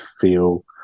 feel